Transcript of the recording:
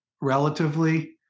relatively